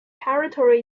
territory